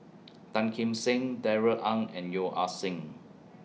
Tan Kim Seng Darrell Ang and Yeo Ah Seng